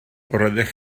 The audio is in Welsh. roeddech